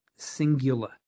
singular